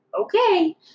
okay